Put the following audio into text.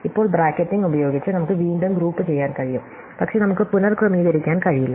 ഇപ്പോൾ ബ്രാക്കറ്റിംഗ് ഉപയോഗിച്ച് നമുക്ക് വീണ്ടും ഗ്രൂപ്പുചെയ്യാൻ കഴിയും പക്ഷേ നമുക്ക് പുനർ ക്രമീകരിക്കാൻ കഴിയില്ല